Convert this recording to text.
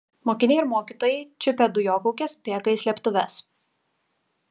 mokiniai ir mokytojai čiupę dujokaukes bėga į slėptuves